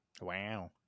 Wow